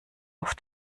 auf